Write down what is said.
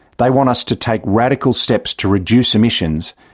they want us to take radical steps to reduce emissions,